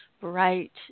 bright